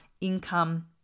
income